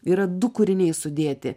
yra du kūriniai sudėti